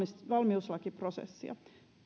valmiuslakiprosessia